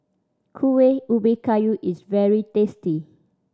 Kuih Ubi Kayu is very tasty